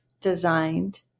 designed